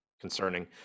concerning